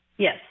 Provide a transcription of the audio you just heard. Yes